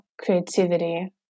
creativity